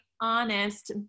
honest